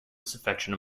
disaffection